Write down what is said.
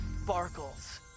sparkles